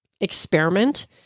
experiment